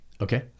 Okay